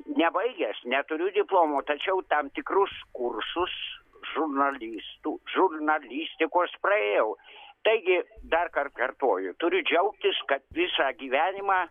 nebaigęs neturiu diplomo tačiau tam tikrus kursus žurnalistų žurnalistikos praėjau taigi darkart kartoju turiu džiaugtis kad visą gyvenimą